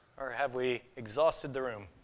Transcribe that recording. or have we exhausted the room?